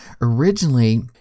Originally